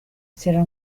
será